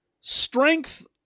strength